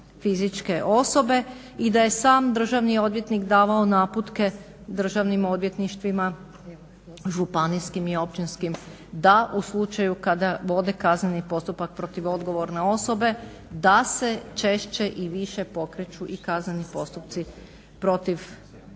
i da je sam državni odvjetnik davao naputke državnim odvjetništvima, županijskim i općinskim da u slučaju kada vode kazneni postupak protiv odgovorne osobe da se češće i više pokreću i kazneni postupci protiv pravne